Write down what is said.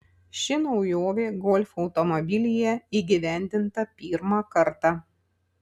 ši naujovė golf automobilyje įgyvendinta pirmą kartą